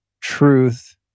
truth